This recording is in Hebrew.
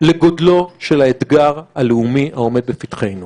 לגודלו של האתגר הלאומי העומד בפתחנו.